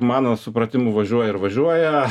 mano supratimu važiuoja ir važiuoja